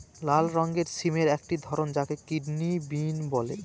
লাল রঙের সিমের একটি ধরন যাকে কিডনি বিন বলে